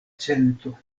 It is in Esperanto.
cento